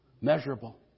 Measurable